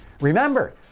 Remember